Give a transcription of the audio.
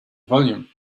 volume